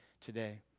today